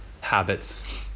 habits